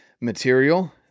material